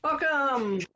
welcome